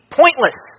pointless